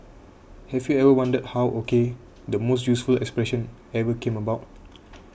have you ever wondered how O K the most useful expression ever came about